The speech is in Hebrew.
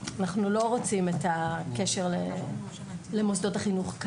אנחנו לא רוצים את הקשר למוסדות החינוך כאן,